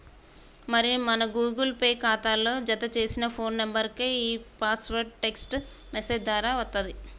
మరి మన Google Pay ఖాతాలో జతచేసిన ఫోన్ నెంబర్కే ఈ పాస్వర్డ్ టెక్స్ట్ మెసేజ్ దారా అత్తది